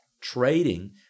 Trading